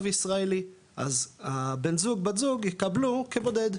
ישראלי ואז הבן זוג-בת זוג יקבלו כבודד,